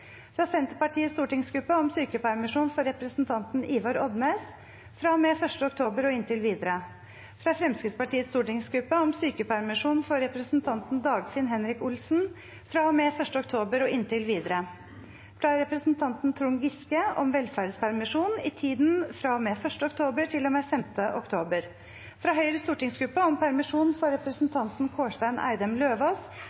fra Senterpartiets stortingsgruppe om sykepermisjon for representanten Ivar Odnes fra og med 1. oktober og inntil videre fra Fremskrittspartiets stortingsgruppe om sykepermisjon for representanten Dagfinn Henrik Olsen fra og med 1. oktober og inntil videre fra representanten Trond Giske om velferdspermisjon i tiden fra og med 1. oktober til og med 5. oktober fra Høyres stortingsgruppe